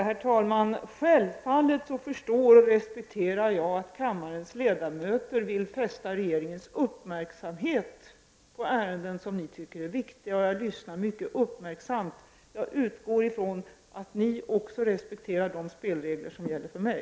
Herr talman! Självfallet förstår och respekterar jag att kammarens ledamöter vill fästa regeringens uppmärksamhet på ärenden som ni tycker är viktiga, och jag lyssnar mycket uppmärksamt. Jag utgår från att ni också respekterar de spelregler som gäller för mig.